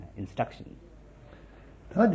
instruction